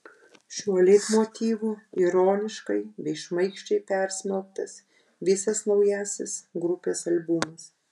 šiuo leitmotyvu ironiškai bei šmaikščiai persmelktas visas naujasis grupės albumas